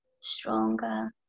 stronger